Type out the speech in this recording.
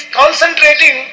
concentrating